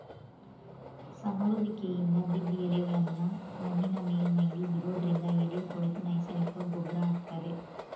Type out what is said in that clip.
ಸಮರುವಿಕೆಯಿಂದ ಬಿದ್ದ್ ಎಲೆಗಳ್ನಾ ಮಣ್ಣಿನ ಮೇಲ್ಮೈಲಿ ಬಿಡೋದ್ರಿಂದ ಎಲೆ ಕೊಳೆತು ನೈಸರ್ಗಿಕ ಗೊಬ್ರ ಆಗ್ತದೆ